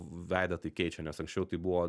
veidą tai keičia nes anksčiau tai buvo